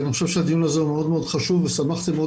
אני חושב שהדיון הזה הוא מאוד מאוד חשוב ושמחתי מאוד